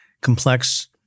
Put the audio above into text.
complex